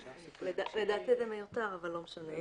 לדעתי זה מיותר, אבל לא משנה.